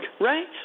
right